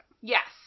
Yes